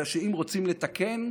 אלא שאם רוצים לתקן,